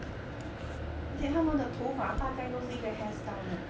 okay 他们的头发大概都是一个 hairstyle 的